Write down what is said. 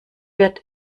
wird